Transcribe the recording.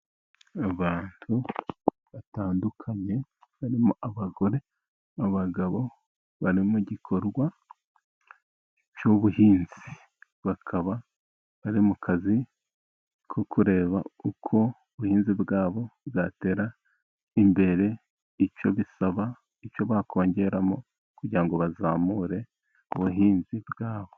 Abantu batandukanye barimo abagore, abagabo bari mu gikorwa cy'ubuhinzi. Bakaba bari mu kazi ko kureba uko ubuhinzi bwabo bwatera imbere, icyo bisaba, icyo bakongeramo kugira ngo bazamure ubuhinzi bwa bo.